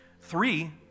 Three